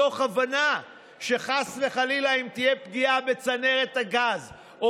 מתוך הבנה שחס וחלילה אם תהיה פגיעה בצנרת הגז או